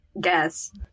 guess